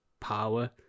power